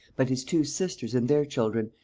but his two sisters and their children,